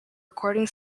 recording